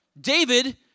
David